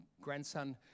grandson